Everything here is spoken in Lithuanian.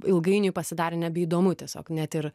ilgainiui pasidarė nebeįdomu tiesiog net ir